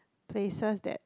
places that